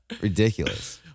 Ridiculous